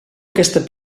aquesta